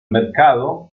mercado